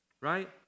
Right